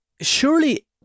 Surely